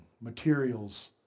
materials